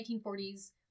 1940s